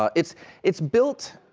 ah it's it's built,